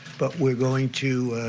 but we're going to